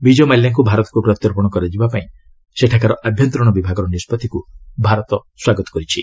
ବିଜୟ ମାଲ୍ୟାଙ୍କୁ ଭାରତକୁ ପ୍ରତ୍ୟର୍ପଣ କରାଯିବା ପାଇଁ ସେଠାକାର ଆଭ୍ୟନ୍ତରୀଣ ବିଭାଗର ନିଷ୍କଉିକୁ ଭାରତ ସ୍ୱାଗତ କରିଛି